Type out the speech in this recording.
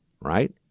Right